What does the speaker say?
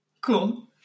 cool